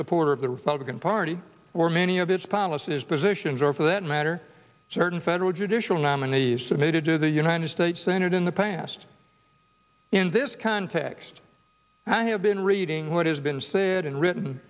supporter of the republican party or many of its policies positions or for that matter certain federal judicial nominees submitted to the united states senate in the past in this context i have been reading what has been said and written